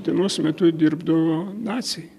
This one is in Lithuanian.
dienos metu dirbdavo naciai